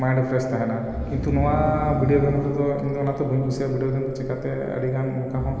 mind fresh ᱛᱟᱦᱮᱱᱟ ᱠᱤᱱᱛᱩ ᱱᱚᱣᱟ ᱵᱷᱤᱰᱤᱭᱳ ᱜᱮᱢ ᱨᱮᱫᱚ ᱤᱧᱫᱚ ᱚᱱᱟᱛᱮ ᱵᱟᱹᱧ ᱠᱩᱥᱤᱭᱟᱜᱼᱟ ᱵᱷᱤᱰᱤᱭᱳ ᱜᱮᱢ ᱫᱚ ᱪᱮᱠᱟᱛᱮ ᱟᱹᱰᱤ ᱜᱟᱱ ᱚᱱᱠᱟ ᱦᱚᱸ